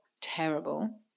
terrible